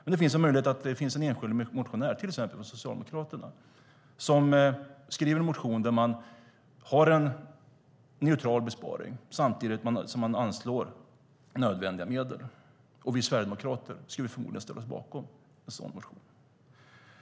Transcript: Men det finns en möjlighet att det finns en enskild motionär, från till exempel Socialdemokraterna, som skriver en motion om en neutral besparing samtidigt som man anslår nödvändiga medel. Vi sverigedemokrater skulle förmodligen ställa oss bakom en sådan motion.